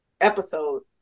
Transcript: episode